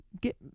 Get